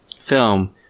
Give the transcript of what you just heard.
film